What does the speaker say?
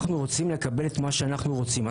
אנחנו רוצים לקבל את מה שאנחנו רוצים.